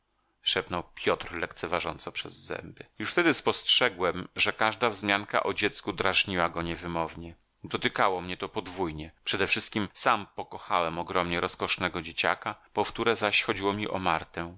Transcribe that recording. piotr lekceważąco przez zęby już wtedy spostrzegłem że każda wzmianka o dziecku drażniła go niewymownie dotykało mnie to podwójnie przedewszystkiem sam pokochałem ogromnie rozkosznego dzieciaka po wtóre zaś chodziło mi o martę